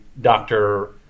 doctor